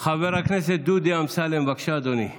חבר הכנסת דודי אמסלם, בבקשה, אדוני,